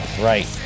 Right